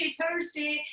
Thursday